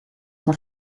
noch